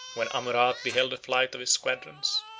when amurath beheld the flight of his squadrons,